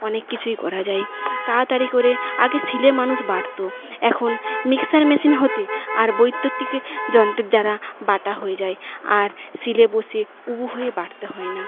অনেক কিছুই করা যায় তাড়াতাড়ি করে আগে শিলে মানুষ বাটত এখন মিক্সার মেশিন হতে আর বৈদ্যুতিক যন্ত্রের দ্বারা বাটা হয়ে যায় আর শিলে বসে উবু হয়ে বাটতে হয় না